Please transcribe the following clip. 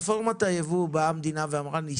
הייבוא המדינה אמרה שהיא